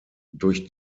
durch